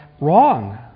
Wrong